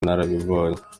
narabibonye